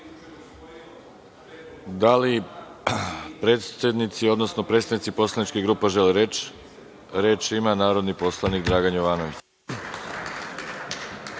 li predsednici, odnosno predstavnici poslaničkih grupa žele reč? Reč ima narodni poslanik Dragan Jovanović.